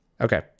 Okay